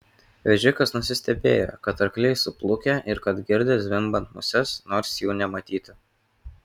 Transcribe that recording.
vežikas nusistebėjo kad arkliai suplukę ir kad girdi zvimbiant muses nors jų nematyti